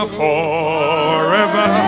forever